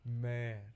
Man